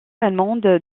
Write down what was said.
allemande